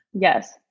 Yes